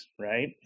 right